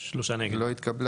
3 נמנעים, 0 ההסתייגות לא התקבלה.